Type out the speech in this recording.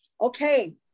okay